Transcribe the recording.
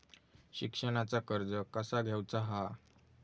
शिक्षणाचा कर्ज कसा घेऊचा हा?